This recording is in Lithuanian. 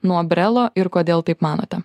nuo brelo ir kodėl taip manote